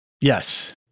Yes